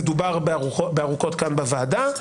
זה דובר באריכות כאן בוועדה.